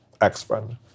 ex-friend